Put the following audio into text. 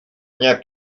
nie